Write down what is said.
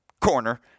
corner